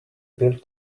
built